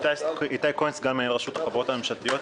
אני סגן מנהל רשות החברות הממשלתיות.